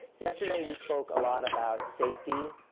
yesterday we spoke a lot about safety.